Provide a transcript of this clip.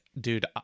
dude